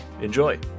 Enjoy